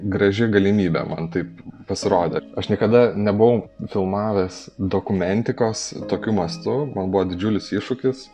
graži galimybė man taip pasirodė aš niekada nebuvau filmavęs dokumentikos tokiu mastu man buvo didžiulis iššūkis